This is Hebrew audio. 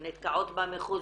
הן נתקעות במחוזות